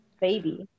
baby